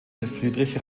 friedrich